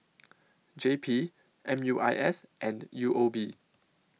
J P M U I S and U O B